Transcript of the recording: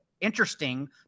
Interesting